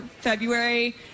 February